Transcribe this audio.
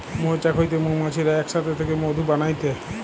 মৌচাক হইতে মৌমাছিরা এক সাথে থেকে মধু বানাইটে